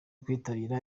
kwitabira